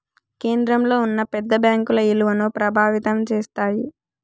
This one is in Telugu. కేంద్రంలో ఉన్న పెద్ద బ్యాంకుల ఇలువను ప్రభావితం చేస్తాయి